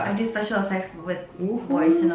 um do special effects with my voice